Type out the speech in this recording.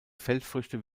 feldfrüchte